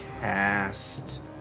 cast